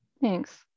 Thanks